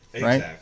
right